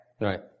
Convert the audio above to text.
Right